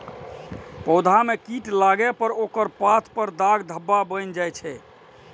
पौधा मे कीट लागै पर ओकर पात पर दाग धब्बा बनि जाइ छै